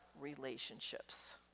relationships